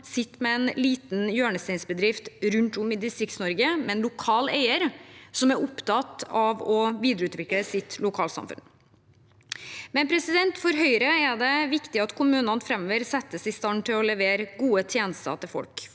sitter med en liten hjørnesteinsbedrift rundt om i Distrikts-Norge med en lokal eier som er opptatt av å videreutvikle sitt lokalsamfunn. For Høyre er det viktig at kommunene framover settes i stand til å levere gode tjenester til folk.